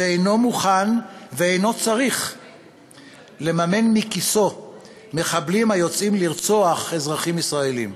שאינו מוכן ואינו צריך לממן מכיסו מחבלים היוצאים לרצוח אזרחים ישראלים.